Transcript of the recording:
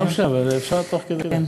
לא משנה, אבל אפשר תוך כדי.